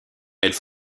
elles